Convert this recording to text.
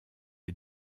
est